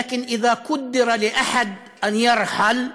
אבל אם מתאפשר למישהו לעזוב,